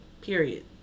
Period